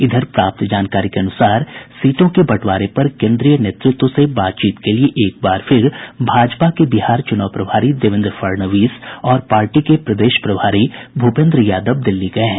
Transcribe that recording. इधर प्राप्त जानकारी के अनुसार सीटों के बंटवारे पर केन्द्रीय नेतृत्व से बातचीत के लिए एक बार फिर भाजपा के बिहार चुनाव प्रभारी देवेन्द्र फडणवीस और पार्टी के प्रदेश प्रभारी भूपेन्द्र यादव दिल्ली गये हैं